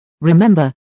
Remember